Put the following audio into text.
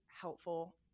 helpful